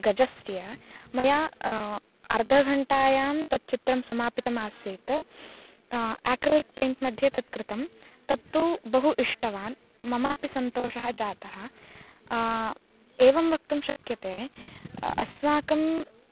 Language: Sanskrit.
गजस्य मया अर्धघण्टायां तच्चित्रं समापितमासीत् आक्रलिक् पैण्ट् मध्ये तत् कृतं तत्तु बहु इष्टवान् ममापि सन्तोषः जातः एवं वक्तुं शक्यते अस्माकं